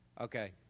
Okay